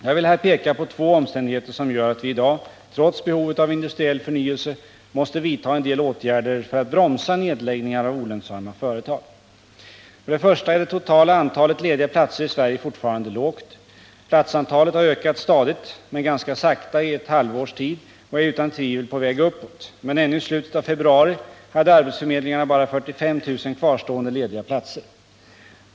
Jag vill här peka på två omständigheter som gör att vi i dag — trots behovet av industriell förnyelse — måste vidta en del åtgärder för att bromsa nedläggningar av olönsamma företag. För det första är det totala antalet lediga platser i Sverige fortfarande lågt. Platsantalet har ökat stadigt men ganska sakta i ett halvårs tid och är utan tvivel på väg uppåt, men ännu i slutet av februari hade arbetsförmedlingarna bara 45 000 kvarstående lediga platser.